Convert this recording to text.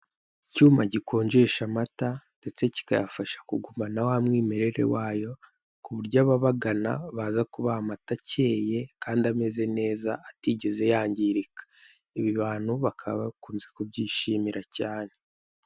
Icyuma gikonjesha amata ndetse kikayafasha kugumana wa mwimerere wayo, ku buryo ababagana baza kubaha amata akeye kandi ameze neza atigeze yangirika, ibi abantu bakaba bakunze kubyishimira cyane.